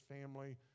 family